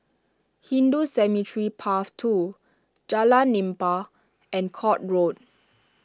Hindu Cemetery Path two Jalan Nipah and Court Road